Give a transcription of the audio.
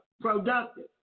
productive